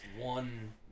one